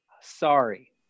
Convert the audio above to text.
Sorry